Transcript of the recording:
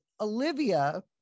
Olivia